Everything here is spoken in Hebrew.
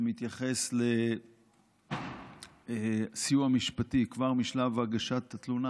שמתייחס לסיוע משפטי כבר משלב הגשת התלונה